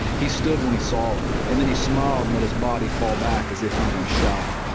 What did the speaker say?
he stood when he saw her, and then he smiled and let his body fall back as if he'd been shot.